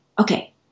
okay